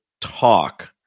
talk